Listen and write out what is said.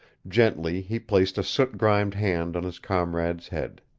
gently he placed a soot-grimed hand on his comrade's head.